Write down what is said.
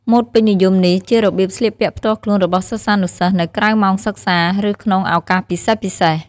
ម៉ូដពេញនិយមនេះ ជារបៀបស្លៀកពាក់ផ្ទាល់ខ្លួនរបស់សិស្សានុសិស្សនៅក្រៅម៉ោងសិក្សា ឬក្នុងឱកាសពិសេសៗ។